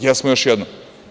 Jesmo, još jednom.